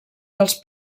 dels